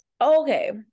Okay